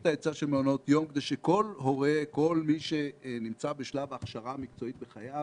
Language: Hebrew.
כדי שלכל הורה ולכל מי שנמצא בשלב ההכשרה המקצועית בחייו,